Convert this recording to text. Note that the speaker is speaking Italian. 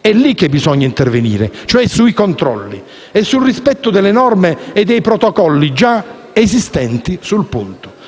è lì che bisogna intervenire, ossia sui controlli e sul rispetto delle norme e dei protocolli già esistenti sul punto.